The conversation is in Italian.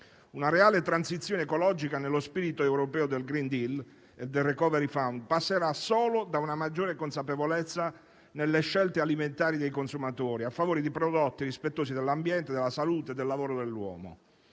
Una reale transizione ecologica nello spirito europeo del *green deal* e del *recovery fund* passerà solo da una maggiore consapevolezza nelle scelte alimentari dei consumatori a favore di prodotti rispettosi dell'ambiente, della salute e del lavoro dell'uomo.